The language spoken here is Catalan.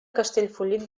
castellfollit